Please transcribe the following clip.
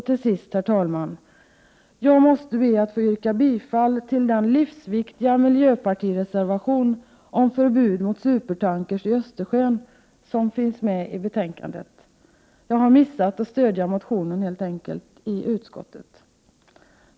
Till sist, herr talman, yrkar jag bifall till den livsviktiga miljöpartireservationen om förbud mot supertankers i Östersjön som finns med i betänkandet. Jag har missat att stödja motionen i utskottet.